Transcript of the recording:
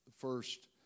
First